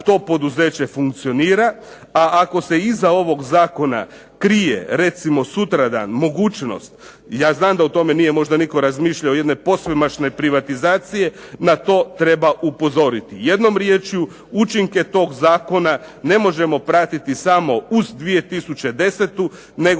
to poduzeće funkcionira, a ako se iza ovog zakona krije recimo sutradan mogućnost, ja znam da o tome nije možda nitko razmišljao jedne posvemašnje privatizacije, na to treba upozoriti. Jednom riječju učinke tog zakona ne možemo pratiti samo uz 2010. nego